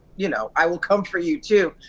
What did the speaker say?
you know i will come for you too.